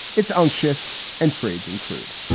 it's anxious and trades in crude